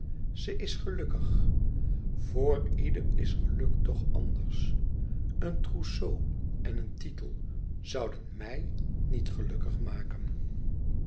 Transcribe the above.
ze is gelukkig voor ieder is geluk toch anders een trousseau en een titel zouden mij niet gelukkig maken